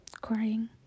crying